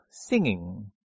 singing